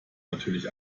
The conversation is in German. natürlich